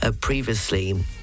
previously